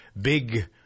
big